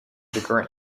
degree